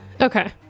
Okay